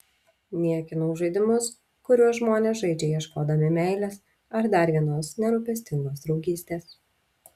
niekinau žaidimus kuriuos žmonės žaidžia ieškodami meilės ar dar vienos nerūpestingos draugystės